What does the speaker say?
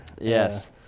Yes